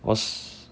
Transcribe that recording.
我是